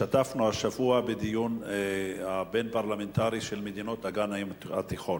השתתפנו השבוע בדיון בין-פרלמנטרי של מדינות אגן הים התיכון.